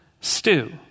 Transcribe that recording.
stew